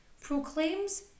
proclaims